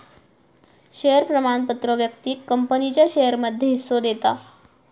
share प्रमाणपत्र व्यक्तिक कंपनीच्या शेयरमध्ये हिस्सो देता